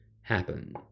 happen